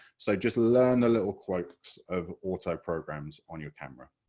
so just learn the little quirks of auto programs on your camera.